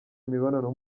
imibonano